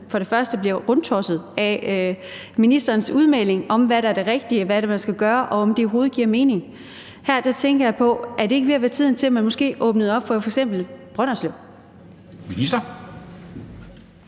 nordjyderne bliver rundtossede af ministerens udmelding om, hvad der er det rigtige, og hvad man skal gøre, og at de tænker, om det overhovedet giver mening? Her tænker jeg på, om det ikke er ved at være tiden til, at man måske åbnede op for f.eks. Brønderslev. Kl.